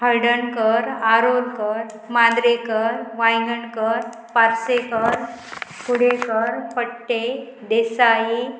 Haldankar Arolkar Mandrekar Vaigankar Parsekar Kudekar Phatte Desai